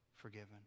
forgiven